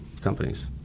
companies